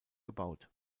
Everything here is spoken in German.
gebaut